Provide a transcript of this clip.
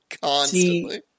Constantly